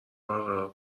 برقرار